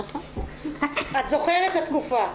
את זוכרת את התקופה.